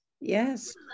yes